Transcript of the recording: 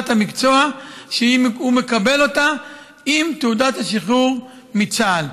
המקצוע שהוא מקבל עם תעודת השחרור מצה"ל.